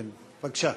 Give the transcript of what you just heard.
בבקשה.